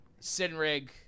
Sinrig